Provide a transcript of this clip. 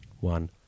One